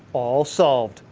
all solved.